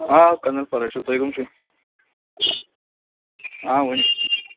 آ قنن فروش چھُس تُہۍ کَم چھِو آ ؤنِو